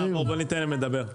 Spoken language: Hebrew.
בוא ניתן להם לדבר.